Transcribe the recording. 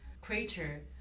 creature